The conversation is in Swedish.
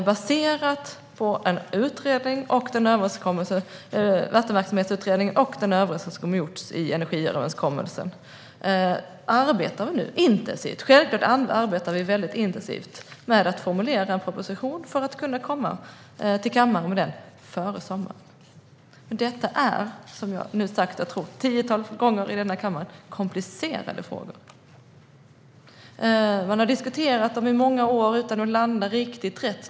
Baserat på Vattenverksamhetsutredningen och den energiöverenskommelse som har gjorts arbetar vi nu intensivt. Självklart arbetar vi väldigt intensivt med att formulera en proposition för att kunna komma med den till kammaren före sommaren. Men detta är - jag tror att jag har sagt det ett tiotal gånger i denna kammare - komplicerade frågor. Man har diskuterat dem i många år utan att landa riktigt rätt.